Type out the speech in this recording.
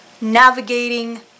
navigating